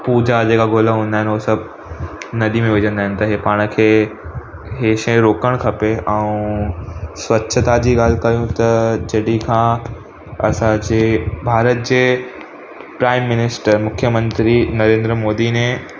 पूॼा जेका गुल हूंदा आहिनि हू सभु नदी में विझंदा आहिनि त इहे पाण खे इहे शयूं रोकणु खपे ऐं स्वछता जी ॻाल्हि कयूं त जॾहिं खां असांजे भारत जे प्राइम मिनिस्टर मुख्यु मंत्री नरेंद्र मोदी ने